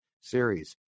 series